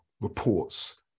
reports